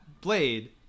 blade